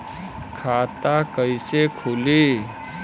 खाता कइसे खुली?